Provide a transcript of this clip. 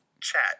chat